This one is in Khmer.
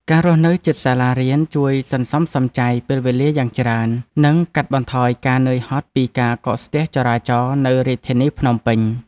ការរស់នៅជិតសាលារៀនជួយសន្សំសំចៃពេលវេលាយ៉ាងច្រើន និងកាត់បន្ថយការនឿយហត់ពីការកកស្ទះចរាចរណ៍នៅរាជធានីភ្នំពេញ។